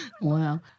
Wow